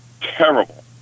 terrible